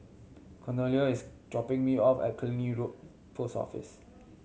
Cornelia is dropping me off at Killiney Road Post Office